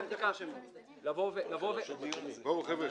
בואו, חבר'ה.